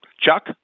Chuck